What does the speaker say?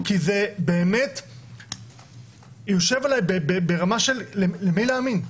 כי זה יושב עליי ברמה של למי להאמין,